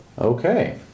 Okay